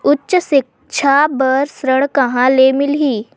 उच्च सिक्छा बर ऋण कहां ले मिलही?